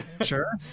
sure